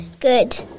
Good